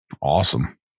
Awesome